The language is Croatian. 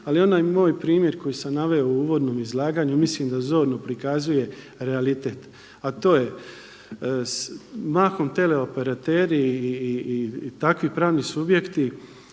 Ali onaj moj primjer koji sam naveo u uvodnom izlaganju mislim da zorno prikazuje realitet a to je mahom teleoperateri i takvi pravni subjekti.